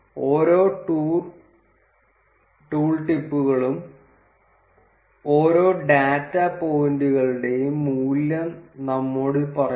ഓരോ ടൂൾടിപ്പുകളും ഓരോ ഡാറ്റ പോയിന്റുകളുടെയും മൂല്യം നമ്മോട് പറയുന്നു